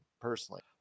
personally